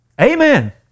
Amen